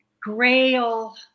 grail